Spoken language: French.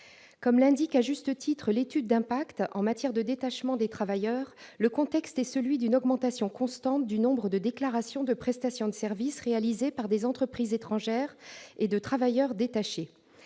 Comme l'indique à juste titre l'étude d'impact, en matière de détachement des travailleurs, le contexte est celui d'une augmentation constante du nombre de déclarations de prestations de services réalisées par des entreprises étrangères et des travailleurs détachés.